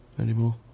anymore